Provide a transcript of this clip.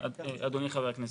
אדוני חבר הכנסת,